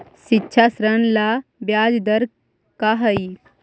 शिक्षा ऋण ला ब्याज दर का हई?